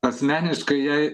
asmeniškai jai